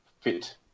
fit